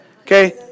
Okay